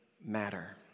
matter